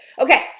okay